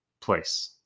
place